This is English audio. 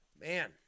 Man